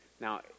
Now